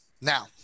Now